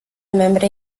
membre